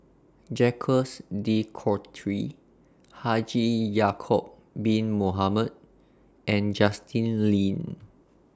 Jacques De Coutre Haji Ya'Acob Bin Mohamed and Justin Lean